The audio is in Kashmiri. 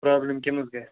پرٛابلِم کٔمِس گَژھِ